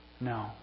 No